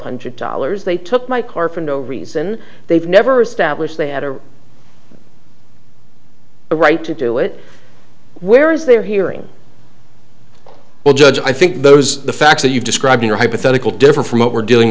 hundred dollars they took my car for no reason they've never establish they had a right to do it where is their hearing the judge i think there was the fact that you describe your hypothetical different from what we're dealing